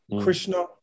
Krishna